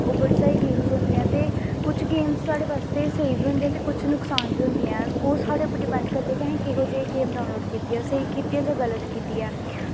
ओह् बड़ी सारी गेम्स होंदियां ते कुछ गेम्स साढ़े बास्तेै स्हेई बी होंदियां ते कुछ नुकसान बी हंदियां न ओह् साढ़े पर डिपैंड करदा कि असें केहो जेही गेम डाउनलोड़ कीती ऐ स्हेई कीती ऐ जां गल्त कीती ऐ